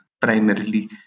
primarily